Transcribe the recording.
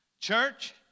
Church